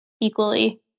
equally